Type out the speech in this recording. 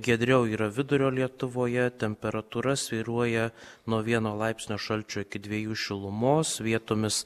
giedriau yra vidurio lietuvoje temperatūra svyruoja nuo vieno laipsnio šalčio iki dviejų šilumos vietomis